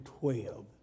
twelve